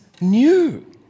new